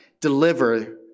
deliver